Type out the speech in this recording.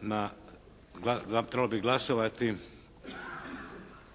na, trebalo bi glasovati